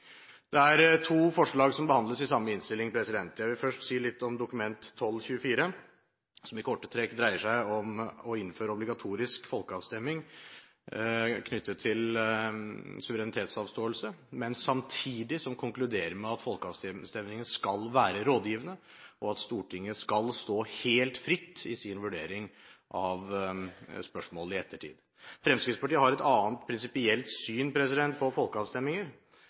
Det er to forslag som behandles i samme innstilling. Jeg vil først si litt om Dokument nr. 12:24, som i korte trekk dreier seg om å innføre obligatorisk folkeavstemning knyttet til suverenitetsavståelse, men som samtidig konkluderer med at folkeavstemningen skal være rådgivende, og at Stortinget skal stå helt fritt i sin vurdering av spørsmålet i ettertid. Fremskrittspartiet har et annet prinsipielt syn på folkeavstemninger.